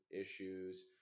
issues